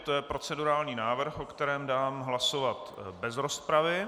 To je procedurální návrh, o kterém dám hlasovat bez rozpravy.